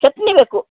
ಚಟ್ನಿ ಬೇಕು